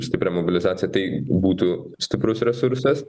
stipria mobilizacija tai būtų stiprus resursas